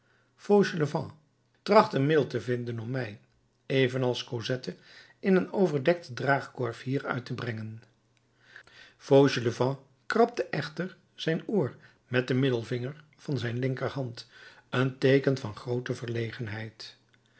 tracht een middel te vinden om mij evenals cosette in een overdekte draagkorf hieruit te brengen fauchelevent krabde achter zijn oor met den middelvinger van zijn linkerhand een teeken van groote